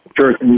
Sure